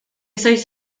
sois